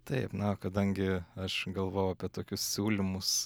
taip na kadangi aš galvojau apie tokius siūlymus